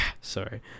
Sorry